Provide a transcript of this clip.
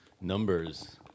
numbers